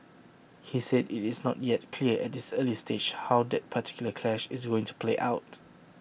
he said IT is not yet clear at this early stage how that particular clash is going to play out